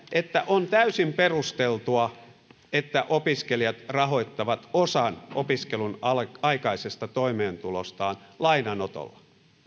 että on täysin perusteltua että opiskelijat rahoittavat osan opiskelun aikaisesta toimeentulostaan lainanotolla